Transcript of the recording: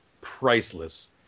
priceless